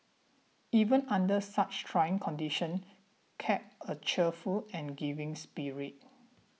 even under such trying conditions kept a cheerful and giving spirit